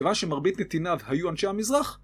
בגלל שמרבית נתיניו היו אנשי המזרח